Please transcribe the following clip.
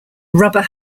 rubber